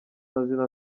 mazina